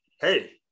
Hey